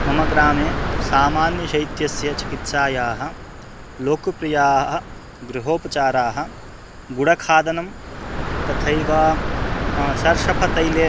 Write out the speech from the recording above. मम ग्रामे सामान्यशैत्यस्य चिकित्सायाः लोकप्रियाः गृहोपचाराः गुडखादनं तथैव सर्षफतैले